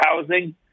housing